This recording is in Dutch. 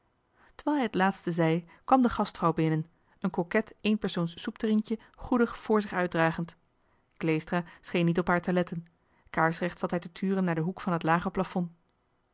terwijl hij het laatste zei kwam de gastvrouw binnen een koket één persoons soepterrienetje goedig vr zich uitdragend kleestra scheen niet op haar te letten kaarsrecht zat hij te turen naar den hoek van het lage plafond